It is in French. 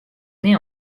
nés